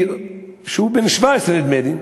שהוא בן 17 נדמה לי,